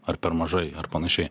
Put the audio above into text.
ar per mažai ar panašiai